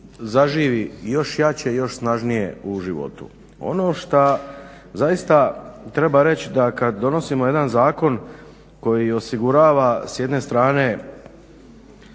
zaživi i još jače i još snažnije u životu. Ono šta zaista treba reći da kada donosimo jedan zakon koji osigurava s jedne strane